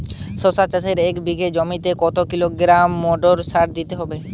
শশা চাষে এক বিঘে জমিতে কত কিলোগ্রাম গোমোর সার দিতে হয়?